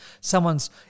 someone's